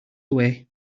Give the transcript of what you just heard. away